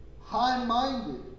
high-minded